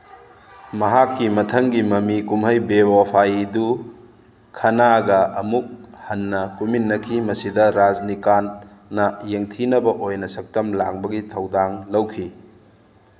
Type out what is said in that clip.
ꯃꯍꯥꯛꯀꯤ ꯃꯊꯪꯒꯤ ꯃꯃꯤ ꯀꯨꯝꯍꯩ ꯕꯦꯋꯐꯥꯏꯗꯨ ꯈꯟꯅꯥꯒ ꯑꯃꯨꯛ ꯍꯟꯅ ꯀꯨꯝꯃꯤꯟꯅꯈꯤ ꯃꯁꯤꯗ ꯔꯥꯖꯅꯤꯀꯥꯟꯅ ꯌꯦꯡꯊꯤꯅꯕ ꯑꯣꯏꯅ ꯁꯛꯇꯝ ꯂꯥꯡꯕꯒꯤ ꯊꯧꯗꯥꯡ ꯂꯧꯈꯤ